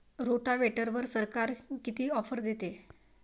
रोटावेटरवर सरकार किती ऑफर देतं?